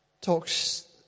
talks